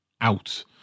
out